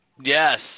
Yes